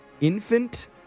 infant